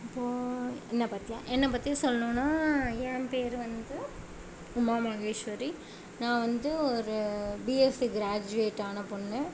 இப்போது என்னை பற்றியா என்னை பற்றி சொல்லணுன்னா என் பேர் வந்து உமா மகேஷ்வரி நான் வந்து ஒரு பிஎஸ்சி கிராஜுவேட் ஆன பொண்ணு